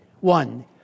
One